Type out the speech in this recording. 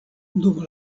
dum